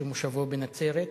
שמושבו בנצרת,